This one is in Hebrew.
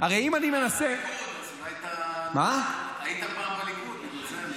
היית פעם בליכוד.